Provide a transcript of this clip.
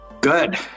Good